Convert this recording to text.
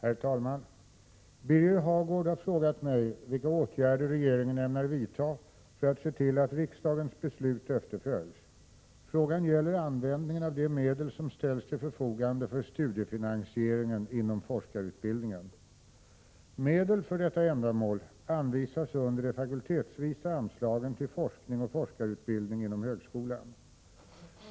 Herr talman! Birger Hagård har frågat mig vilka åtgärder regeringen ämnar vidta för att se till att riksdagens beslut efterföljs. Frågan gäller Medel för detta ändamål anvisas under de fakultetsvisa anslagen till forskning och forskarutbildning inom högskolan.